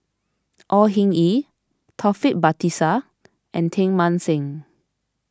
Au Hing Yee Taufik Batisah and Teng Mah Seng